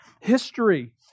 history